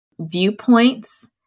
Viewpoints